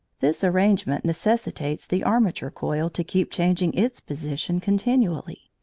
this arrangement necessitates the armature coil to keep changing its position continually,